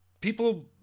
people